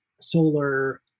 solar